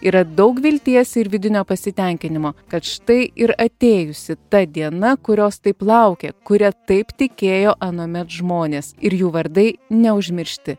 yra daug vilties ir vidinio pasitenkinimo kad štai ir atėjusi ta diena kurios taip laukė kuria taip tikėjo anuomet žmonės ir jų vardai neužmiršti